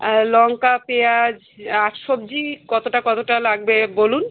আর লঙ্কা পেঁয়াজ আর সবজি কতোটা কতোটা লাগবে বলুন